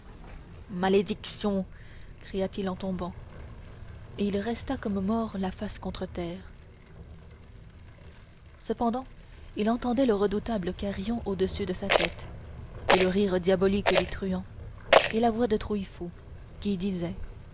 malédiction cria-t-il en tombant et il resta comme mort la face contre terre cependant il entendait le redoutable carillon au-dessus de sa tête et le rire diabolique des truands et la voix de trouillefou qui disait